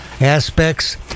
aspects